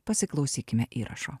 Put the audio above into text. pasiklausykime įrašo